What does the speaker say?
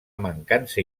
mancança